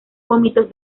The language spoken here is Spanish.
vómitos